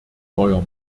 neuer